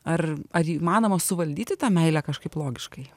ar ar įmanoma suvaldyti tą meilę kažkaip logiškai